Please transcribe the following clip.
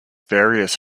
various